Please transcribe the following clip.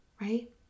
right